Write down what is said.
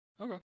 Okay